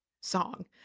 song